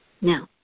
Now